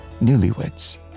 newlyweds